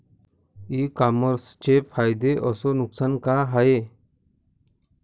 इ कामर्सचे फायदे अस नुकसान का हाये